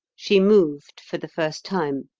she moved for the first time.